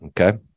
Okay